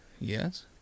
Yes